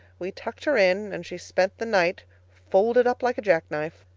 we tucked her in, and she spent the night folded up like a jackknife.